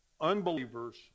unbeliever's